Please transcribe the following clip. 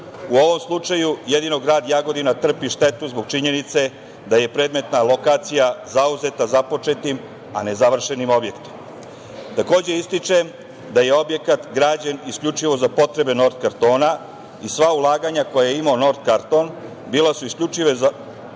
U ovom slučaju jedino grad Jagodina trpi štetu zbog činjenice da je predmetna lokacija zauzeta započetim, a nezavršenim objektom. Takođe, ističem da je objekat građen isključivo za potrebe „Nort kartona“ i sva ulaganja koja je imao „Nort karton“ bila su isključivo za sopstvene